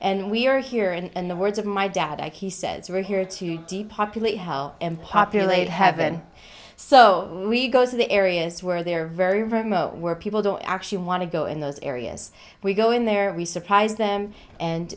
d we are here and the words of my dad he says are here to depopulate hell and populate heaven so we go to the areas where they're very remote where people don't actually want to go in those areas we go in there we surprise them and